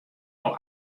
tal